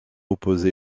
opposé